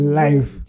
life